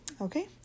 Okay